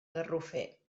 garrofer